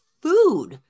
food